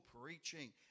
preaching